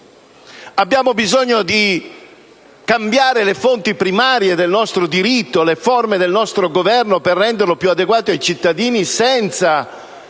Abbiamo bisogno di cambiare le fonti primarie del nostro diritto, le forme del nostro Governo per renderlo più adeguato ai cittadini, senza